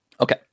Okay